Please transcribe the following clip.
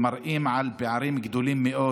הם מראים פערים גדולים מאוד